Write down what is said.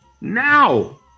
now